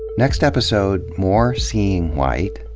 next episode, more seeing white.